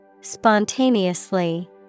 Spontaneously